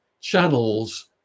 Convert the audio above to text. channels